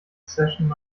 possession